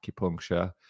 acupuncture